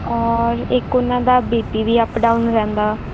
ਔਰ ਇੱਕ ਉਹਨਾਂ ਦਾ ਬੀ ਪੀ ਵੀ ਅਪ ਡਾਊਨ ਰਹਿੰਦਾ